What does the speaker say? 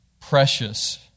precious